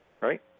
right